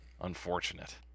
Unfortunate